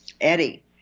Eddie